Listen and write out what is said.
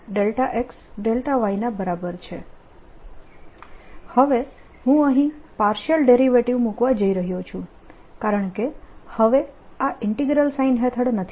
હવે હું અહીં પાર્શિયલ ડેરિવેટીવ મૂકવા જઈ રહ્યો છું કારણકે હવે આ ઈન્ટીગ્રલ સાઈન હેઠળ નથી